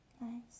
Nice